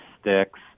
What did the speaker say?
sticks